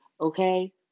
okay